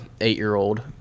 eight-year-old